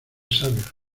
sabios